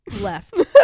left